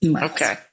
okay